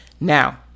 Now